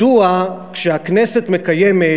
מדוע כשהכנסת מקיימת